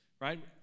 right